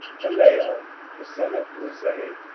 palal the son of uzai,